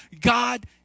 God